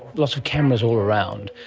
lots of cameras all around,